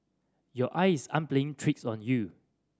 your eyes aren't playing tricks on you